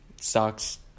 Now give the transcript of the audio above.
sucks